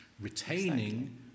Retaining